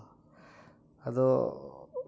ᱟᱫᱚ